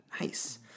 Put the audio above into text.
Nice